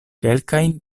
kelkajn